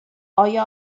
آیا